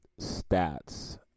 stats